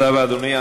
תודה רבה, אדוני.